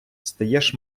стаєш